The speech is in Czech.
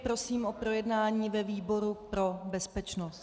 Prosím o projednání ve výboru pro bezpečnost.